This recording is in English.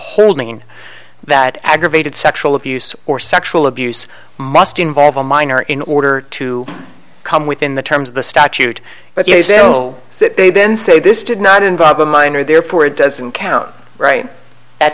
holding in that aggravated sexual abuse or sexual abuse must involve a minor in order to come within the terms of the statute but they will then say this did not involve a minor therefore it doesn't count right